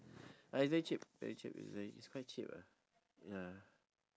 uh it's very cheap very cheap it's very quite cheap ah ya